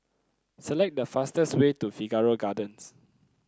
select the fastest way to Figaro Gardens